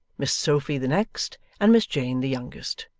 miss sophy the next, and miss jane the youngest.